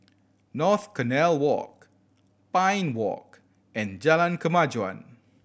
North Canal Walk Pine Walk and Jalan Kemajuan